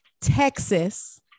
Texas